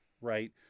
right